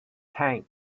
tank